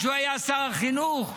כשהוא היה שר חינוך,